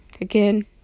Again